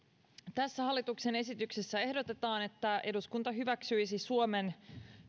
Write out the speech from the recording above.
hallituksen esityksessä ehdotetaan että eduskunta hyväksyisi suomen